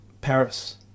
Paris